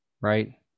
right